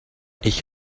ich